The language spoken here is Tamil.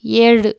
ஏழு